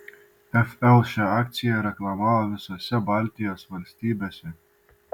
fl šią akciją reklamavo visose baltijos valstybėse